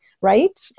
right